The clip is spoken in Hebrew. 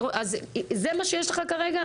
אז זה מה שיש לך כרגע?